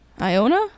Iona